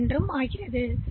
எனவே இது பிசி மதிப்பை அங்கு